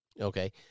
Okay